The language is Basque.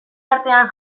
artean